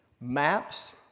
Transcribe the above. maps